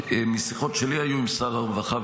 משיחות שלי היו עם שר הרווחה,